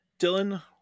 Dylan